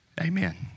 amen